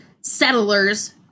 settlers